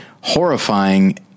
horrifying